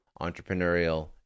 entrepreneurial